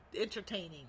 entertaining